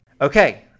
Okay